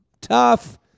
tough